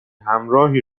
همراهی